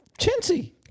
chintzy